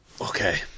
okay